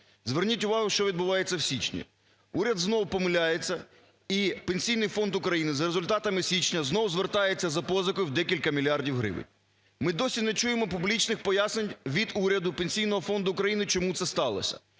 Зверніть увагу, що відбувається в січні. Уряд знов помиляється, і Пенсійний фонд України за результатами січня знову звертається за позикою в декілька мільярдів гривень. Ми досі не чуємо публічних пояснень від уряду, Пенсійного фонду України, чому це сталося.